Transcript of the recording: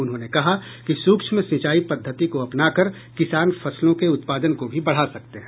उन्होंने कहा कि सूक्ष्म सिंचाई पद्धति को अपना कर किसान फसलों के उत्पादन को भी बढ़ा सकते हैं